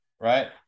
right